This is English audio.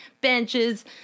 benches